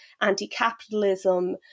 anti-capitalism